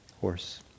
horse